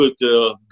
good